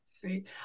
great